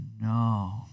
no